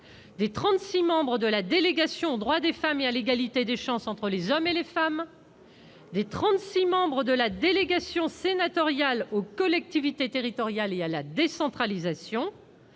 membres de la délégation aux droits des femmes et à l'égalité des chances entre les hommes et les femmes ; des trente-six membres de la délégation sénatoriale aux collectivités territoriales et à la décentralisation